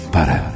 Para